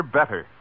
better